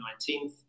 19th